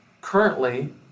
Currently